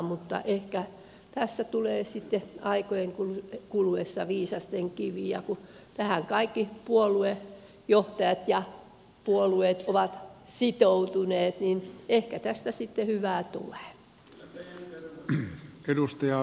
mutta ehkä tässä tulee sitten aikojen kuluessa viisasten kivi ja kun tähän kaikki puoluejohtajat ja puolueet ovat sitoutuneet niin ehkä tästä sitten hyvää tulee